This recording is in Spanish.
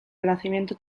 renacimiento